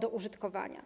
do użytkowania?